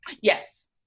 yes